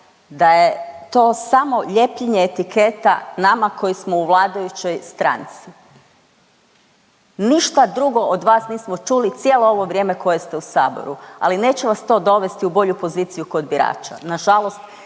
da je to samo lijepljenje etiketa nama koji smo u vladajućoj stranci. Ništa drugo od vas nismo čuli cijelo ovo vrijeme koje ste u Saboru, ali neće vas to dovesti u bolju poziciju kod birača.